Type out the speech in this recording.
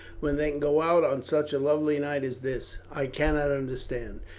when they can go out on such a lovely night as this, i cannot understand.